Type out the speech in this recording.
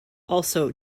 also